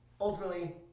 ultimately